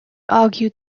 argued